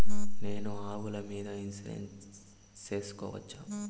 నేను ఆవుల మీద ఇన్సూరెన్సు సేసుకోవచ్చా?